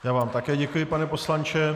Já vám také děkuji, pane poslanče.